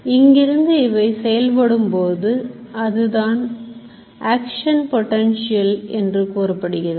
இங்கிருந்து இவை செயல்படும்போது அதுaction potential என்று கூறப்படுகிறது